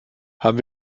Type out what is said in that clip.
haben